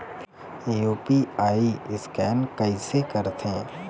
UPI scan कइसे करथे?